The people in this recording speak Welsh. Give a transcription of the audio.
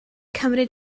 cymryd